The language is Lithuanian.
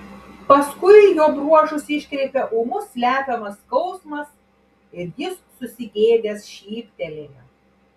paskui jo bruožus iškreipė ūmus slepiamas skausmas ir jis susigėdęs šyptelėjo